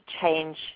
change